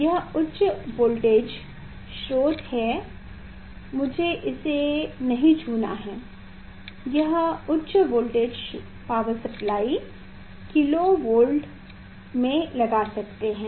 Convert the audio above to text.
यह उच्च वोल्टेज स्रोत है मुझे इसे नहीं छूना चाहिए यह उच्च voltage power supply kilo volt में लगा सकते हैं